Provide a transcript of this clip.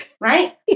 right